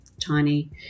tiny